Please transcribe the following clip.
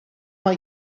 mai